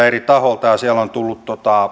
eri taholta ja sieltä on tullut